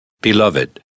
Beloved